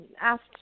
asked